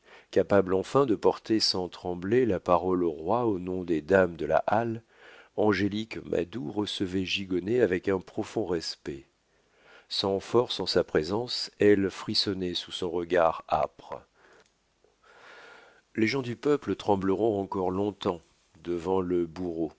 capable enfin de porter sans trembler la parole au roi au nom des dames de la halle angélique madou recevait gigonnet avec un profond respect sans force en sa présence elle frissonnait sous son regard âpre les gens du peuple trembleront encore long-temps devant le bourreau